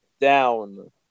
down